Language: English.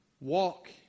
Walk